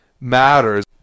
matters